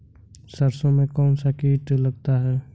सरसों में कौनसा कीट लगता है?